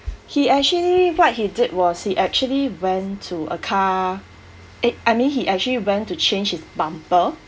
he actually what he did was he actually went to a car it I mean he actually went to change his bumper